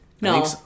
No